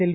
L